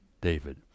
David